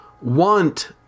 want